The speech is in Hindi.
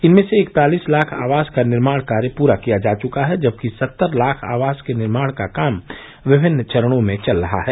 इनमें से इकतालिस लाख आवास का निर्माण कार्य पूरा किया जा चुका है जबकि सत्तर लाख आवास के निर्माण का काम विमिन्न चरणों में चल रहा है